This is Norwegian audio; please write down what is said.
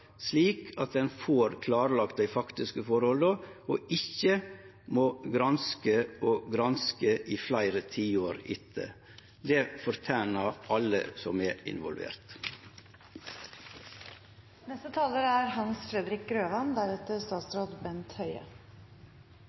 slik at ein får klarlagt dei faktiske forholda og ikkje må granske og granske i fleire tiår etter. Det fortener alle som er involverte. Brannen på «Scandinavian Star» er